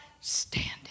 standing